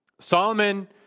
Solomon